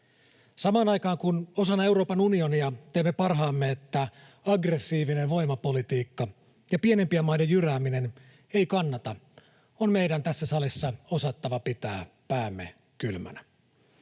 Samaan aikaan kun osana Euroopan unionia teemme parhaamme, että aggressiivinen voimapolitiikka ja pienempien maiden jyrääminen ei kannata, on meidän tässä salissa osattava pitää päämme kylmänä.